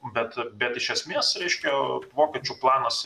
bet bet iš esmės reiškia vokiečių planas